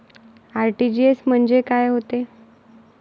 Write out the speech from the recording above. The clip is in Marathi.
आर.टी.जी.एस म्हंजे काय होते?